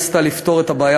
מִשחָטָה, נכון?